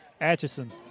Atchison